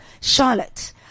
charlotte